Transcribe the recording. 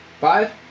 Five